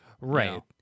right